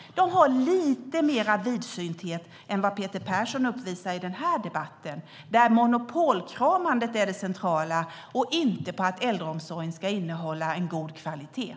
De har lite mer vidsynthet än Peter Persson uppvisar i denna debatt. Här är monopolkramandet det centrala, inte att äldreomsorgen ska innehålla en god kvalitet.